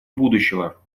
будущего